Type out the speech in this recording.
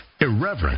Irreverent